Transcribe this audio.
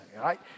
right